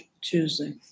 Tuesday